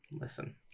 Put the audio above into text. listen